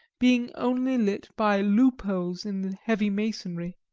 being only lit by loopholes in the heavy masonry.